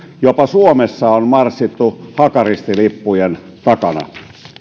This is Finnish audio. jopa suomessa on marssittu hakaristilippujen takana